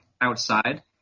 outside